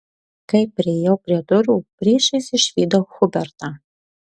kai priėjau prie durų priešais išvydau hubertą